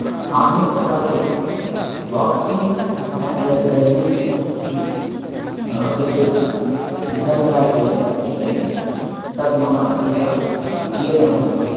आधुनिककाले boxing and wrestling इति यत् युद्धकलाद्वयम् उच्यते तत् मम अतीव प्रियतमं भवति